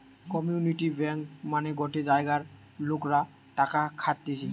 community bank মানে গটে জায়গার লোকরা টাকা খাটতিছে